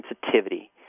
sensitivity